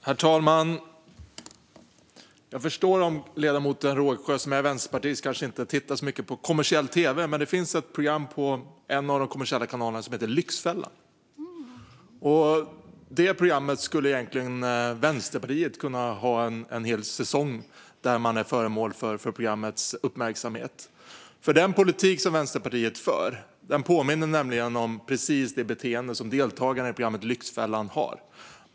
Herr talman! Jag förstår om ledamoten Rågsjö, som är vänsterpartist, kanske inte tittar så mycket på kommersiell tv, men i en av de kommersiella kanalerna finns ett program som heter Lyxfällan . Vänsterpartiet skulle egentligen kunna vara föremål för det programmets uppmärksamhet i en hel säsong, för den politik som Vänsterpartiet för påminner precis om det beteende som deltagarna i programmet har.